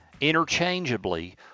interchangeably